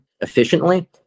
efficiently